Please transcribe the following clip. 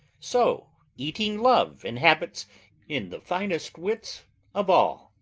so eating love inhabits in the finest wits of all.